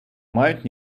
мають